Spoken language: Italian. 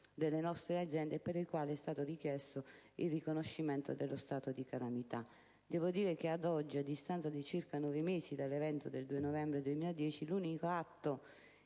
delle nostre aziende, e per il quale e stato richiesto il riconoscimento dello stato di calamita. Devo dire che ad oggi, a distanza di circa 9 mesi dall’evento del 2 novembre 2010, l’unico atto